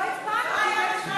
לא הצבענו.